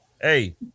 Hey